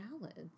salads